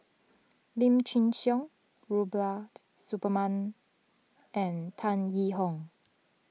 Lim Chin Siong Rubiaht Suparman and Tan Yee Hong